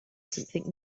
something